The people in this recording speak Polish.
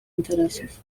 interesów